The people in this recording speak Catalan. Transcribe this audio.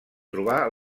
trobar